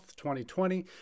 2020